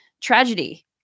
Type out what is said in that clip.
tragedy